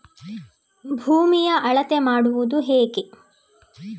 ಭೂಮಿಯ ಅಳತೆ ಮಾಡುವುದು ಹೇಗೆ?